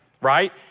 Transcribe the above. right